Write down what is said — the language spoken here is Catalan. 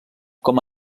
com